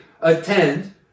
attend